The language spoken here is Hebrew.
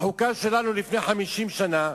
החוקה שלנו מלפני 50 שנה,